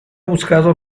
buscado